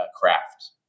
craft